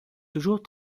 toujours